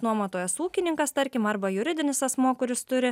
nuomotojas ūkininkas tarkim arba juridinis asmuo kuris turi